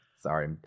sorry